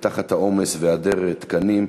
תחת העומס והיעדר התקנים.